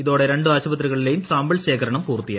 ഇതോടെ രണ്ട് ആശുപത്രികളിലെയും സ്പ്മ്പിൾ ശേഖരണം പൂർത്തിയായി